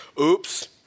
oops